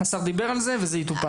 השר דיבר על זה וזה יטופל.